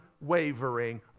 unwavering